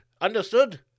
Understood